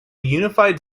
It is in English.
unified